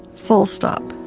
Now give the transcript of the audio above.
full stop.